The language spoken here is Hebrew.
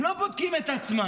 הם לא בודקים את עצמם,